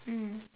mm